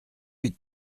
huit